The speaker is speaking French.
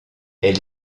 elle